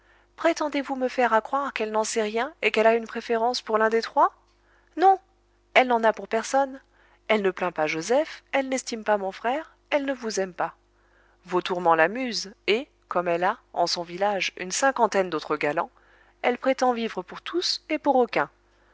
prétendez-vous me faire accroire qu'elle n'en sait rien et qu'elle a une préférence pour l'un des trois non elle n'en a pour personne elle ne plaint pas joseph elle n'estime pas mon frère elle ne vous aime pas vos tourments l'amusent et comme elle a en son village une cinquantaine d'autres galants elle prétend vivre pour tous et pour aucun